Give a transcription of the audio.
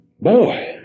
Boy